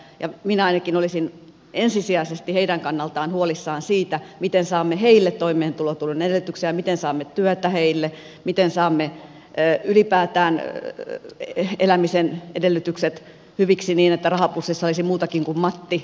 minä ainakin olisin ensisijaisesti heidän kannaltaan huolissaan siitä miten saamme heille toimeentulotuen edellytyksiä ja miten saamme työtä heille miten saamme ylipäätään elämisen edellytykset hyviksi niin että rahapussissa olisi muutakin kuin matti